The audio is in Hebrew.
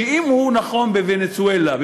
אם הוא נכון בוונצואלה,